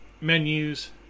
menus